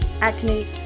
acne